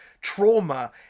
trauma